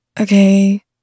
okay